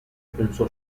pensò